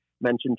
mentioned